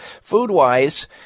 Food-wise